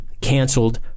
canceled